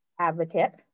advocate